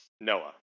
Noah